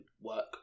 work